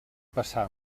passà